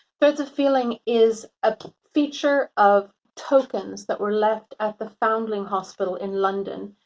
threads of feeling is a feature of tokens that were left at the foundling hospital in london,